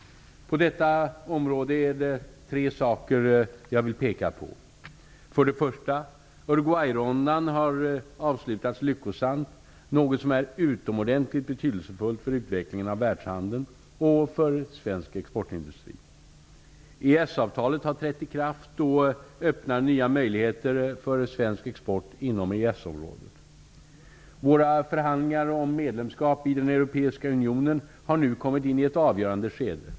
På detta område är det tre saker jag vill peka på: Uruguayrundan har avslutats lyckosamt, något som är utomordentligt betydelsefullt för utvecklingen av världshandeln och för svensk exportindustri. EES-avtalet har trätt i kraft och öppnar nya möjligheter för svensk export inom EES-området. Våra förhandlingar om medlemskap i den europeiska unionen har nu kommit in i ett avgörande skede.